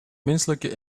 menselijke